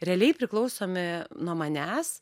realiai priklausomi nuo manęs